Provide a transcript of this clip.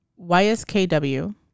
YSKW